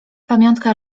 pamiątka